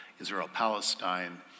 Israel-Palestine